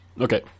Okay